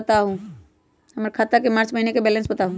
हमर खाता के मार्च महीने के बैलेंस के बताऊ?